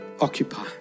occupy